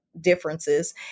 differences